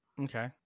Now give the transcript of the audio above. Okay